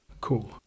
Cool